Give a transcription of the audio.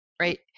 Right